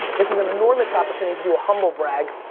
this is an enormous opportunity to do a humble brag,